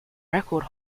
record